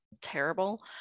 terrible